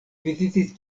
vizitis